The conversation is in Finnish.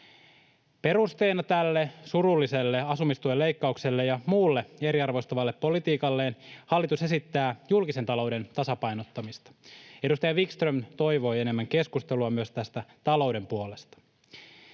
Perusteena tälle surulliselle asumistuen leikkaukselle ja muulle eriarvoistavalle politiikalleen hallitus esittää julkisen talouden tasapainottamista. Edustaja Wickström toivoi enemmän keskustelua myös tästä talouden puolesta.